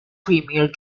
premier